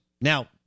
Now